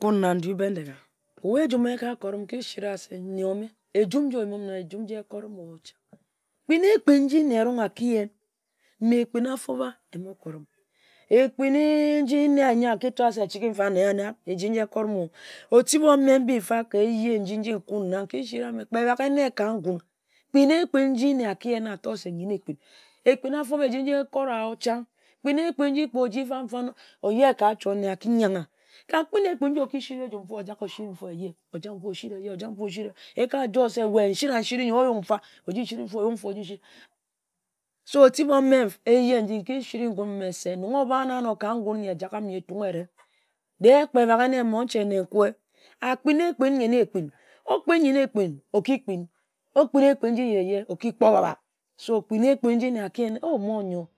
Nkun na ndu Bendeghe obu ejum eka korem, nka si ra ra se, nne omeh, ejum nji oyim m eji ekorem-o, chang. Ekpin ekpin njin nne erong aki yen. Ekpin afobha ehmo korem. Ekpin ni nyor-nyor ayen na se chi gim fa nyor-nyor chigim fa. Otib o-mme mbi nkunna-fa, kpebegenne ka ngun, kpin ekpin nji nne aki yen-na ator se nyenne ekpin. Ekpin afobha eji ekore-o, chang. Kpin ekpin nji kpe oji fan-fan oyeh ka nchot nne aki yangha. Ka kpin ekpin nji oki siri ajum nfor ori ehye, ojak nfa osiri ehye, si nfor osiri ehye. Eka-joi se we nsira nsiri yor Ayuk nfa asiri ehye ayuk nfa asiri ehye. Oyuk nfa oji siri oyuk ngoi oji siri. So otib omme eaye nki siri ngun mme se, nong oba-own anor ka ngun nyi ejagham nyi Etung ere, de-e kpe baghe nne, monche, nkue, akpin ekpin nyenne ekpin. Okpin nyen-ne ekpin, oki kpin, okpin ekpin yeye, oki kpor babab. So kpin ekpin nji nne aki yen-na se o-mon yor.